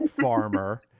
farmer